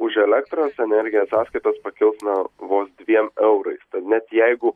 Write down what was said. už elektros energiją sąskaitos pakils na vos dviem eurais net jeigu